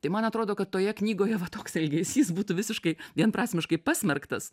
tai man atrodo kad toje knygoje va toks elgesys būtų visiškai vienprasmiškai pasmerktas